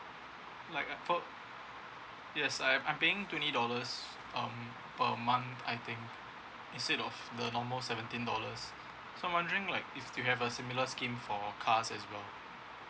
like I thought yes I'm I'm paying twenty dollars a per month I think instead of the normal seventeen dollars so I'm wondering like if you have a similar scheme for car as well